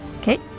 Okay